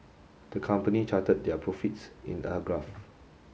the company charted their profits in a graph